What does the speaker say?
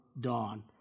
dawn